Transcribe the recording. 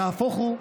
נהפוך הוא,